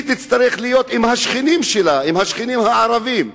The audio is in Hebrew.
היא תצטרך להיות עם השכנים הערבים שלה.